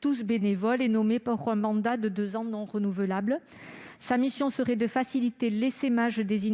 tous bénévoles nommés pour un mandat de deux ans non renouvelables. Sa mission serait de faciliter l'essaimage des